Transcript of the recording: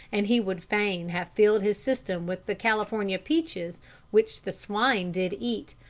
and he would fain have filled his system with the california peaches which the swine did eat,